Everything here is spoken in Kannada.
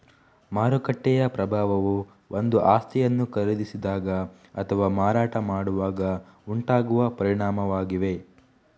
ಮಾರುಕಟ್ಟೆಯ ಪ್ರಭಾವವು ಒಂದು ಆಸ್ತಿಯನ್ನು ಖರೀದಿಸಿದಾಗ ಅಥವಾ ಮಾರಾಟ ಮಾಡುವಾಗ ಉಂಟಾಗುವ ಪರಿಣಾಮವಾಗಿದೆ